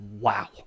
wow